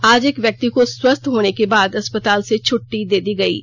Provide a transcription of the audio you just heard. आज एक व्यक्ति को स्वस्थ होने के बाद अस्पताल से छट्टी दे दी गयी है